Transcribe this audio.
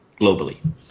globally